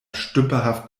stümperhaft